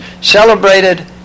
celebrated